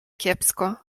kiepsko